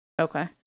Okay